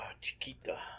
Chiquita